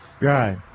Right